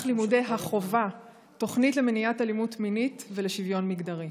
לימודי החובה תוכנית למניעת אלימות מינית ולשוויון מגדרי?